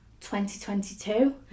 2022